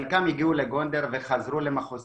חלקם הגיעו לגונדר וחזרו למחוז